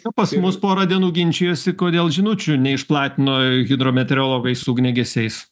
pas mus porą dienų ginčijosi kodėl žinučių neišplatino hidrometeorologai su ugniagesiais